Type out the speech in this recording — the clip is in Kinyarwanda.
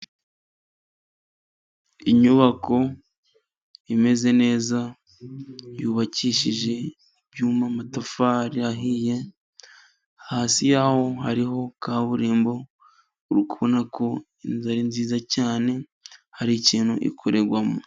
Inyubako imeze neza yubakishije ibyuma n'amatafari ahiye, hasi yaho hariho kaburimbo ubona ko inzu ari nziza cyane hari ikintu ikorerwamo.